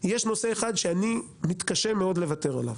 יש נושא אחד שאני מתקשה מאוד לוותר עליו.